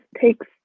takes